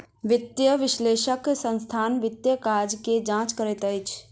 वित्तीय विश्लेषक संस्थानक वित्तीय काज के जांच करैत अछि